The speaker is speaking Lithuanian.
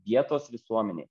vietos visuomenei